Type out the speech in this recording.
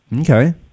Okay